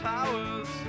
Towers